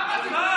על מה?